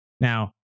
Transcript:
now